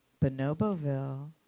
Bonoboville